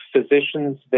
physicians